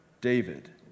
David